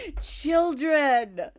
children